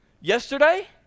Yesterday